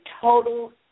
total